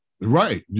Right